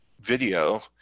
video